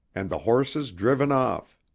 and the horses driven off.